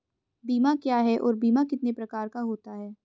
बीमा क्या है और बीमा कितने प्रकार का होता है?